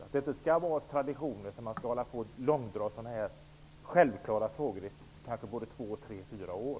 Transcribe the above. Det skall inte vara tradition att långdra sådana här självklara frågor i två--fyra år.